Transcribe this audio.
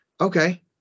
Okay